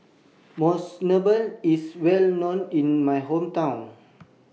Monsunabe IS Well known in My Hometown